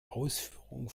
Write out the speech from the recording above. ausführung